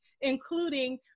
including